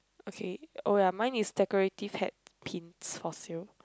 okay oh ya mine is decorative hat pins for sale